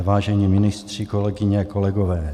Vážení ministři, kolegyně a kolegové.